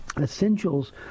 essentials